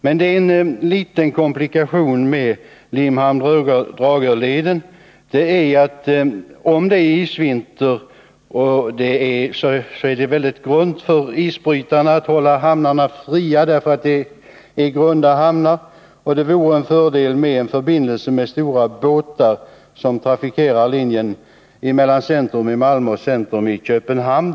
Men det är en liten komplikation med Limhamn-Dragör-leden, nämligen att när det är isvinter är det väldigt grunt för isbrytarna som skall hålla hamnarna isfria. Därför vore det en fördel med stora båtar som trafikerar linjen mellan centrum i Malmö och centrum i Köpenhamn.